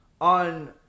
on